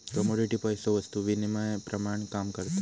commodity पैसो वस्तु विनिमयाप्रमाण काम करता